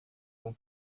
vão